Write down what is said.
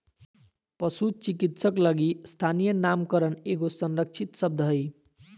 पशु चिकित्सक लगी स्थानीय नामकरण एगो संरक्षित शब्द हइ